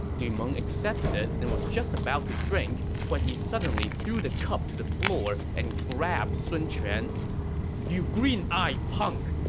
lu meng accepted it and was just about to drink when he suddenly threw the cup to the floor and grabbed sun quan you green-eyed punk!